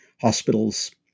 Hospitals